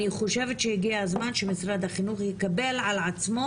אני חושבת שהגיע הזמן שמשרד החינוך יקבל על עצמו